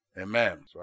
amen